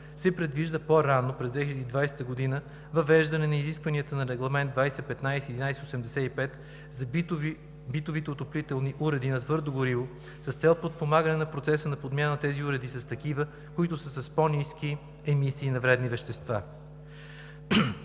се предвижда по-рано, през 2020 г., въвеждане на изискванията на Регламент 2015/1185 за битовите отоплителни уреди на твърдо гориво с цел подпомагане процеса на подмяна на тези уреди с такива, които са с по-ниски емисии на вредни вещества.